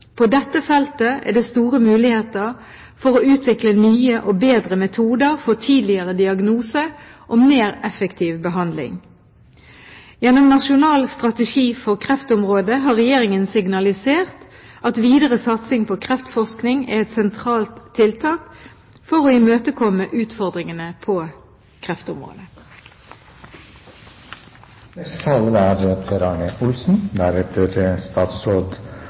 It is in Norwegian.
På dette feltet er det store muligheter for å utvikle nye og bedre metoder for tidligere diagnose og mer effektiv behandling. Gjennom Nasjonal strategi for kreftområdet har Regjeringen signalisert at videre satsing på kreftforskning er et sentralt tiltak for å imøtekomme utfordringene på